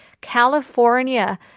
California